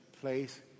place